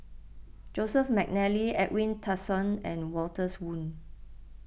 Joseph McNally Edwin Tessensohn and Walters Woon